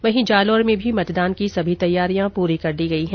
वहीं जालौर में भी मतदान की सभी तैयारियां पूरी कर ली गई हैं